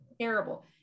terrible